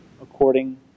according